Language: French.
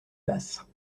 basse